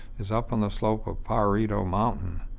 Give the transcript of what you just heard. is up on the slope of pajarito mountain.